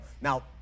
Now